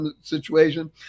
situation